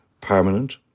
permanent